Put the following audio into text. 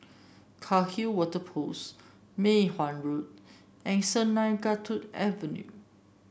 Cairnhill Water Post Mei Hwan Road and Sungei Kadut Avenue